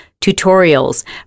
tutorials